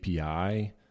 API